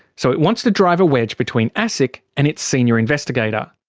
so it wants to drive a wedge between asic and its senior investigator.